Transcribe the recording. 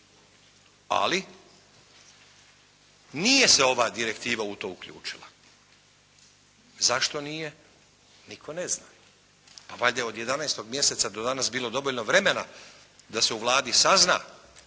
Ali, nije se ova direktiva u ovo uključila. Zašto nije? Nitko ne zna! Pa valjda je od 11. mjeseca do danas bilo dovoljno vremena da se u Vladi sazna.